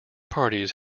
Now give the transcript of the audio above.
parties